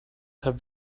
have